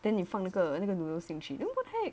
then 你放了个那个 noodles